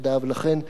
לכן,